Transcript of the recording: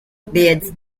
bids